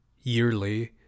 yearly